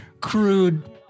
crude